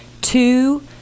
two